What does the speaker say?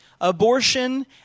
abortion